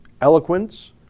eloquence